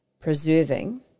preserving